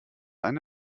eine